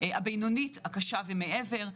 הבינונית הקשה ומעבר,